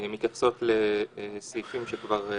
משובצת כחומרה